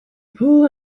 pool